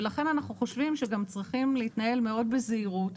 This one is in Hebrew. לכן אנחנו חושבים שגם צריכים להתנהל מאוד בזהירות.